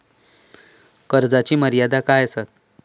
कर्जाची मर्यादा काय असता?